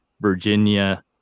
virginia